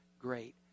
great